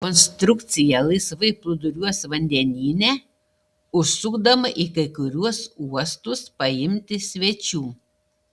konstrukcija laisvai plūduriuos vandenyne užsukdama į kai kuriuos uostus paimti svečių